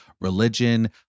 religion